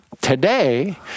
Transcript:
Today